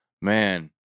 man